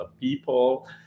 people